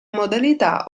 modalità